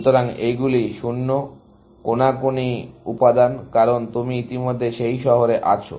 সুতরাং এইগুলি 0s কোনাকুনি উপাদান কারণ তুমি ইতিমধ্যে সেই শহরে আছো